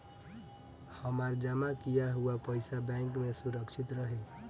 हमार जमा किया हुआ पईसा बैंक में सुरक्षित रहीं?